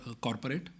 corporate